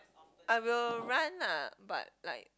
I will run ah but like